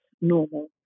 normal